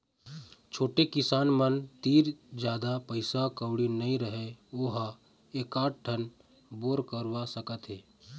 छोटे किसान मन तीर जादा पइसा कउड़ी नइ रहय वो ह एकात ठन बोर करवा सकत हे